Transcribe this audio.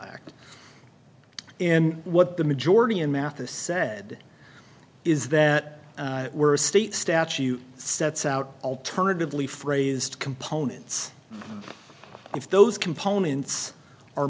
act and what the majority in mathis said is that we're a state statute sets out alternatively phrased components if those components are